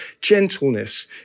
gentleness